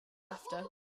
after